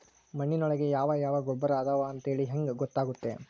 ಮಣ್ಣಿನೊಳಗೆ ಯಾವ ಯಾವ ಗೊಬ್ಬರ ಅದಾವ ಅಂತೇಳಿ ಹೆಂಗ್ ಗೊತ್ತಾಗುತ್ತೆ?